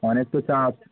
অনেক তো চাপ